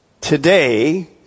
Today